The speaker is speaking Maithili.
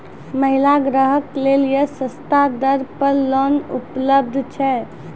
महिला ग्राहक लेली सस्ता दर पर लोन उपलब्ध छै?